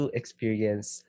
experience